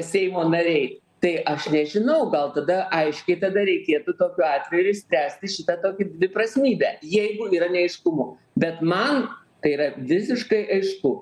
seimo nariai tai aš nežinau gal tada aiškiai tada reikėtų tokiu atveju ir išspręsti šitą tokį dviprasmybę jeigu yra neaiškumų bet man tai yra visiškai aišku